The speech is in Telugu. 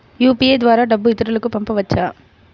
యూ.పీ.ఐ ద్వారా డబ్బు ఇతరులకు పంపవచ్చ?